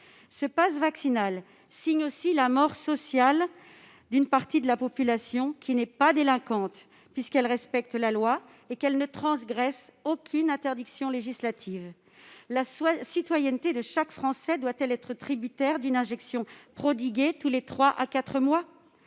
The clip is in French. Le passe vaccinal signe aussi la mort sociale d'une partie de la population, qui n'est pas délinquante, puisqu'elle respecte la loi et qu'elle ne transgresse aucune interdiction législative. La citoyenneté de chaque Français doit-elle être tributaire d'une injection prodiguée tous les trois à